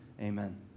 Amen